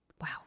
Wow